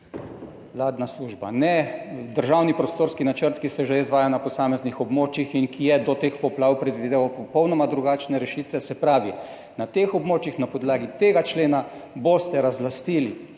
Vladna služba, ne državni prostorski načrt, ki se že izvaja na posameznih območjih in ki je do teh poplav predvideval popolnoma drugačne rešitve. Se pravi, na teh območjih, na podlagi tega člena boste razlastili